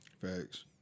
Facts